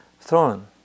throne